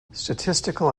statistical